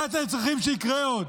מה אתם צריכים שיקרה עוד?